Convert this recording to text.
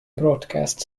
broadcast